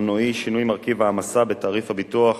מנועי (שינוי מרכיב ההעמסה בתעריף הביטוח),